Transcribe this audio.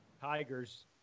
Tigers